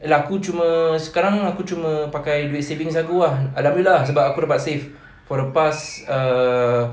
ye lah aku cuma sekarang aku cuma pakai duit savings aku ah alhamdulillah sebab aku dapat save for the past err